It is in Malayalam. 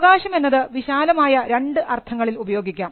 അവകാശം എന്നത് വിശാലമായ രണ്ട് അർത്ഥങ്ങളിൽ ഉപയോഗിക്കാം